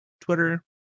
Twitter